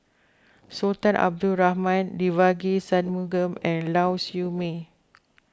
Sultan Abdul Rahman Devagi Sanmugam and Lau Siew Mei